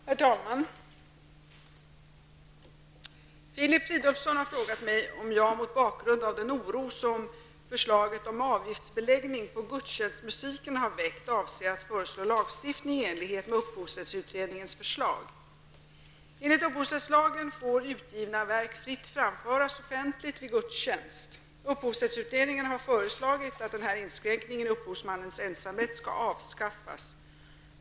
Herr talman! Filip Fridolfsson har frågat mig om jag, mot bakgrund av den oro som förslaget om avgiftsbeläggning på gudstjänstmusiken har väckt, avser att föreslå lagstiftning i enlighet med upphovsrättsutredningens förslag. Upphovsrättsutredningen har föreslagit att denna inskränkning i upphovsmännens ensamrätt skall avskaffas.